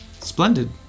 Splendid